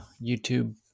YouTube